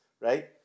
right